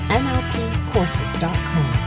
nlpcourses.com